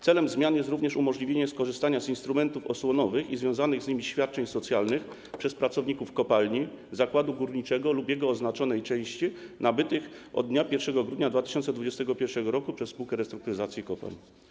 Celem zmian jest również umożliwienie skorzystania z instrumentów osłonowych i związanych z nimi świadczeń socjalnych przez pracowników kopalni, zakładu górniczego lub jego oznaczonej części nabytych od dnia 1 grudnia 2021 r. przez Spółkę Restrukturyzacji Kopalń.